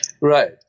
Right